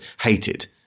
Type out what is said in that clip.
hated